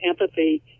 empathy